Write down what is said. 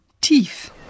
tief